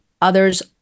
others